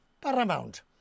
paramount